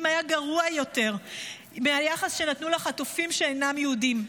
היה גרוע יותר מהיחס שנתנו לחטופים שאינם יהודים,